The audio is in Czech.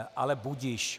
Ale budiž.